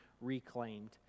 reclaimed